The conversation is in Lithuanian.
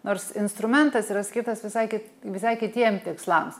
nors instrumentas yra skirtas visai kaip visai kitiems tikslams